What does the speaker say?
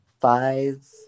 five